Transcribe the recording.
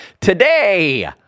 today